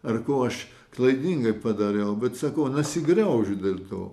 ar ko aš klaidingai padariau bet sakau nesigraužiu dėl to